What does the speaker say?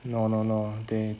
no no no they